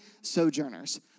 sojourners